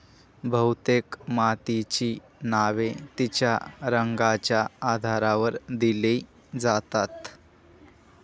बहुतेक मातीची नावे तिच्या रंगाच्या आधारावर दिली जातात